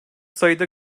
sayıda